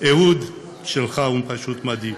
אהוד שלך הוא פשוט מדהים.